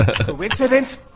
Coincidence